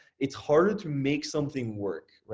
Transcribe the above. it's harder to make something work.